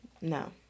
No